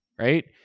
right